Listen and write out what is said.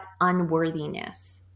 unworthiness